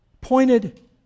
Pointed